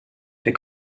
der